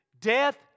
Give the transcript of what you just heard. death